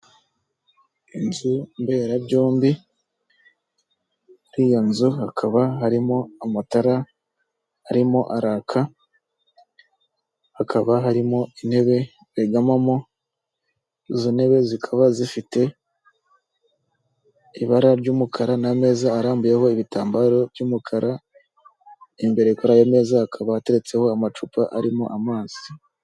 Inzu mberabyombi iyo nzu hakaba harimo amatara arimo araka, hakaba harimo intebe begamamo, izo ntebe zikaba zifite ibara ry'umukara n'ameza arambuyeho ibitambaro by'umukara, imbere kuri ayo meza hakaba hateretseho amacupa arimo amazi.